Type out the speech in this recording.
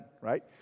Right